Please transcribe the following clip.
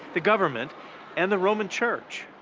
the government and the roman church.